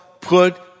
Put